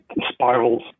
spirals